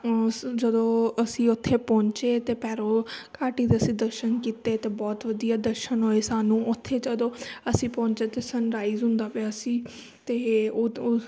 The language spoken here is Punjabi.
ਉਸ ਜਦੋਂ ਅਸੀਂ ਉੱਥੇ ਪਹੁੰਚੇ ਅਤੇ ਭੈਰੋਘਾਟੀ ਦੇ ਅਸੀਂ ਦਰਸ਼ਨ ਕੀਤੇ ਅਤੇ ਬਹੁਤ ਵਧੀਆ ਦਰਸ਼ਨ ਹੋਏ ਸਾਨੂੰ ਉੱਥੇ ਜਦੋਂ ਅਸੀਂ ਪਹੁੰਚੇ ਤਾਂ ਸਨਰਾਈਜ਼ ਹੁੰਦਾ ਪਿਆ ਸੀ ਅਤੇ ਉੱਤੋਂ